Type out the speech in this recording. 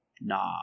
nah